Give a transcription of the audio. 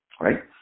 right